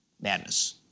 madness